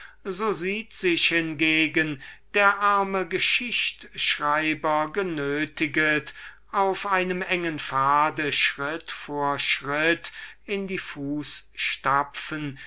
so sieht sich hingegen der arme geschichtschreiber genötiget auf einem engen pfade schritt vor schritt in die fußstapfen